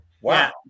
Wow